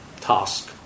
task